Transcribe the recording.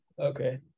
Okay